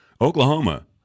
Oklahoma